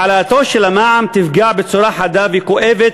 העלאתו של המע"מ תפגע בצורה חדה וכואבת